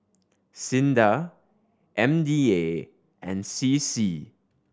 SINDA M D A and C C